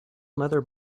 leather